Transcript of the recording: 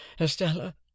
Estella